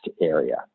area